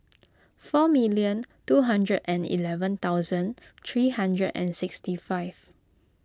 four million two hundred and eleven thousand three hundred and sixty five